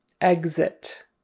Exit